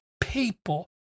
people